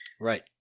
Right